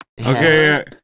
Okay